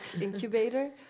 Incubator